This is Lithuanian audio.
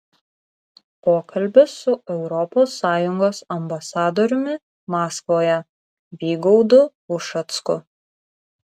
pokalbis su europos sąjungos ambasadoriumi maskvoje vygaudu ušacku